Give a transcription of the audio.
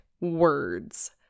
words